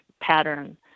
pattern